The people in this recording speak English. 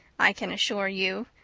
i can assure you.